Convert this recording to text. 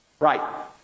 Right